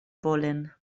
pol·len